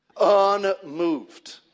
unmoved